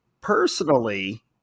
Personally